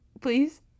please